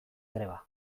greba